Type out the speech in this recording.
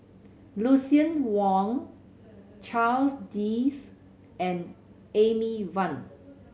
Lucien Wang Charles Dyce and Amy Van